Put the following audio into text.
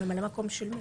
ממלא מקום של מי?